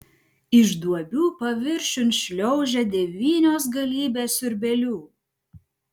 iš duobių paviršiun šliaužia devynios galybės siurbėlių